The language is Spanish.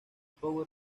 power